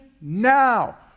now